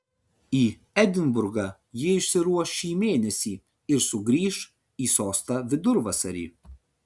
į edinburgą ji išsiruoš šį mėnesį ir sugrįš į sostą vidurvasarį